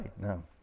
No